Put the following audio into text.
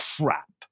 crap